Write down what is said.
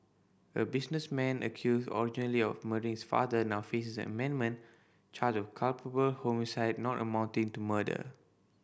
a businessman accused originally of murdering his father now faces an amended charge of culpable homicide not amounting to murder